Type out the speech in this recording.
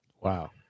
Wow